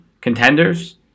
contenders